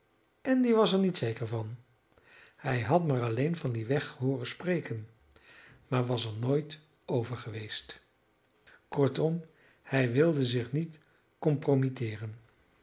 andy was er niet zeker van hij had maar alleen van dien weg hooren spreken maar was er nooit over geweest kortom hij wilde zich niet